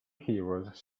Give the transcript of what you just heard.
heroes